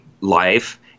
life